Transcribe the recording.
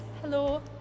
hello